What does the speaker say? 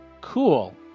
cool